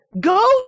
go